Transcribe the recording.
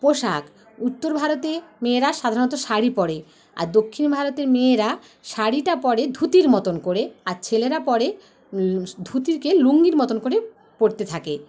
পোশাক উত্তর ভারতে মেয়েরা সাধারণত শাড়ি পরে আর দক্ষিণ ভারতের মেয়েরা শাড়িটা পরে ধুতির মতোন করে আর ছেলেরা পরে ধুতিকে লুঙ্গির মতোন করে পরতে থাকে